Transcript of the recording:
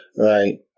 Right